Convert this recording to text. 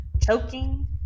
choking